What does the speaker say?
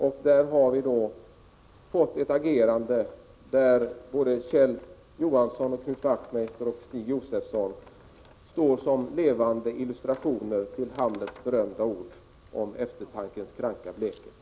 Kjell Johansson, Knut Wachtmeister och Stig Josefson har i den frågan agerat på ett sätt som gör att de står som levande illustrationer till Hamlets berömda ord om eftertankens kranka blekhet.